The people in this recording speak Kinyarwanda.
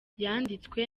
yanditswe